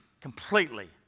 completely